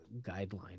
guideline